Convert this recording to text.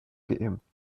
geimpft